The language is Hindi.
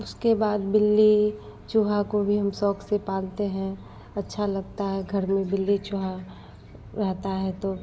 उसके बाद बिल्ली चूहा को भी हम शौक़ से पालते है अच्छा लगता है घर में बिल्ली चूहा रहता है तो